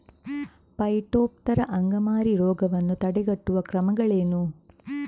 Phytophthora ಅಂಗಮಾರಿ ರೋಗವನ್ನು ತಡೆಗಟ್ಟುವ ಕ್ರಮಗಳೇನು?